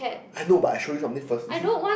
I know but I show you something first you see